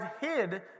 hid